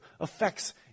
effects